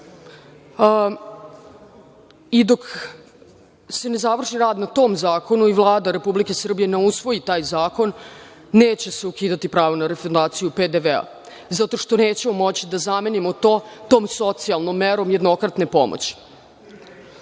Dok se ne završi rad na tom zakonu i Vlada Republike Srbije ne usvoji taj zakon, neće se ukidati pravo na refundaciju PDV, jer nećemo moći da zamenimo tu socijalnu meru jednokratne pomoći. Pored